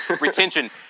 retention